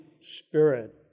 Spirit